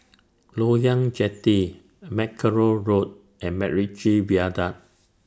Loyang Jetty Mackerrow Road and Macritchie Viaduct